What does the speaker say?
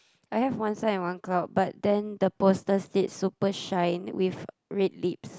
I have one sign and one cloud but then the poster said super shine with red lips